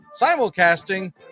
simulcasting